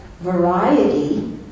variety